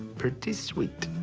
pretty sweet.